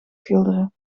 schilderen